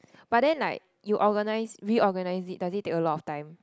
but then like you organise reorganise it does it take a lot of time